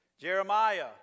Jeremiah